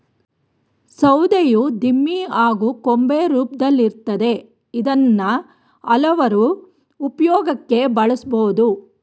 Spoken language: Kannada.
ಸೌಧೆಯು ದಿಮ್ಮಿ ಹಾಗೂ ಕೊಂಬೆ ರೂಪ್ದಲ್ಲಿರ್ತದೆ ಇದ್ನ ಹಲ್ವಾರು ಉಪ್ಯೋಗಕ್ಕೆ ಬಳುಸ್ಬೋದು